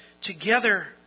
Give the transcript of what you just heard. together